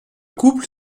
couple